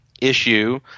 issue